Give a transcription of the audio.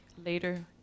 later